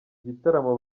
gitaramo